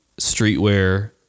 streetwear